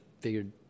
figured